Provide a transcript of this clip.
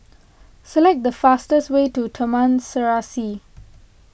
select the fastest way to Taman Serasi